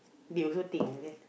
they also think is it